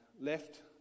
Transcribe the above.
left